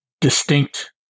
distinct